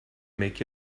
make